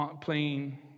playing